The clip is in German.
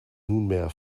nunmehr